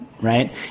right